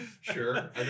Sure